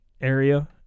area